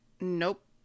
Nope